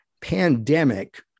pandemic